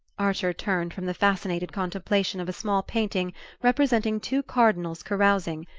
archer turned from the fascinated contemplation of a small painting representing two cardinals carousing,